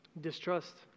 Distrust